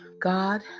God